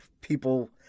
people